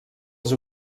els